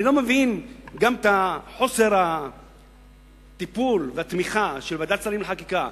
אני לא מבין גם את חוסר הטיפול והתמיכה של ועדת שרים לחקיקה.